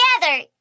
together